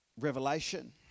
revelation